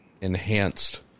enhanced